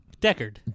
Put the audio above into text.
Deckard